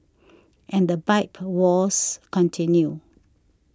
and the bike wars continue